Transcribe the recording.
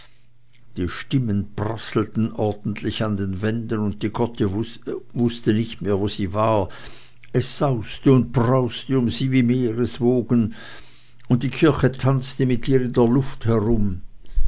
die stimmen prasselten ordentlich an den wänden und die gotte wußte nicht mehr wo sie war es sauste und brauste um sie wie meereswogen und die kirche tanzte mit ihr in der luft herum